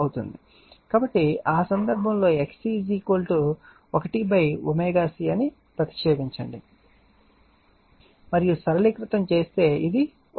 కాబట్టి ఆ సందర్భంలో XC 1 ω C ను ప్రతిక్షేపించండి మరియు సరళీకృతం చేస్తే ఇది లభిస్తుంది